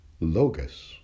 logos